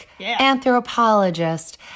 anthropologist